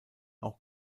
auch